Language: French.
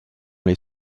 les